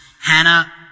Hannah